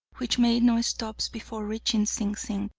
which made no stops before reaching sing sing,